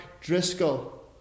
Driscoll